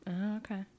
Okay